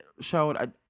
showed